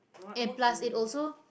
eh plus it also